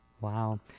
Wow